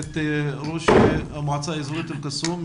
את ראש המועצה האזורית אל קסום,